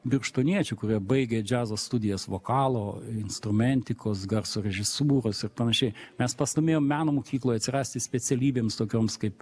birštoniečių kurie baigę džiazo studijas vokalo instrumentikos garso režisūros ir panašiai mes pastūmėjom meno mokykloj atsirasti specialybėms tokioms kaip